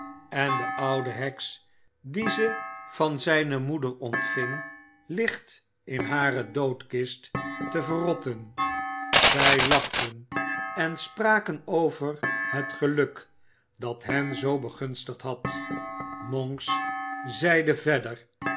en de oude heks die ze van zijne moeder ontving ligt in hare doodkist te verrotten zij lachten en spraken over het geluk dat hen zoo begunstigd had monks zeide verder